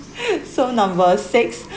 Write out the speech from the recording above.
so number six